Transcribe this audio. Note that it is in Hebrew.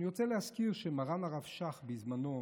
אני רוצה להזכיר שמרן הרב שך בזמנו,